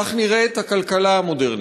כך נראית הכלכלה המודרנית,